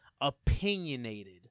opinionated